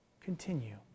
continue